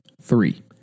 Three